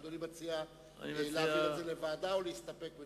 אדוני מציע להעביר את זה לוועדה או להסתפק בדבריו?